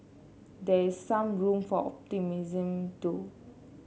there is some room for optimism though